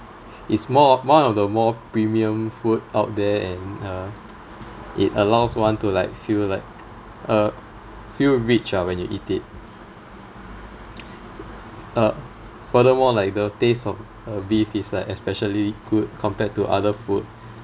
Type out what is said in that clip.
it's more one of the more premium food out there and uh it allows one to like feel like uh feel rich ah when you eat it uh furthermore like the taste of uh beef is like especially good compared to other food